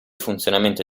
funzionamento